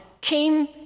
came